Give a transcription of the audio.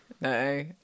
no